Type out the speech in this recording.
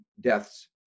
deaths